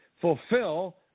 fulfill